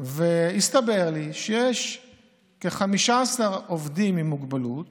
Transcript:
שיש כ-15 עובדים עם מוגבלות